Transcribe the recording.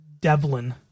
Devlin